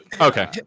Okay